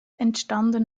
entstanden